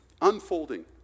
unfolding